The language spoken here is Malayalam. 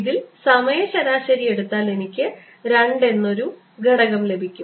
ഇതിൽ സമയ ശരാശരി എടുത്താൽ എനിക്ക് 2 എന്ന മറ്റൊരു ഘടകം ലഭിക്കും